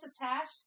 attached